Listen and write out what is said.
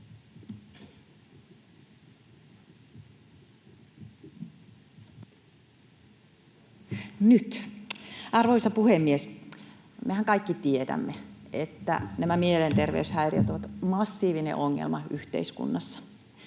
Arvoisa puhemies! Mehän kaikki tiedämme, että nämä mielenterveyshäiriöt ovat massiivinen ongelma yhteiskunnassa.